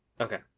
Okay